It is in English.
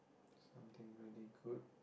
something really good